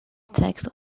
takes